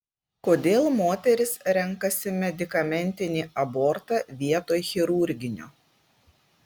kodėl moterys renkasi medikamentinį abortą vietoj chirurginio